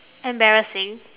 embarrassing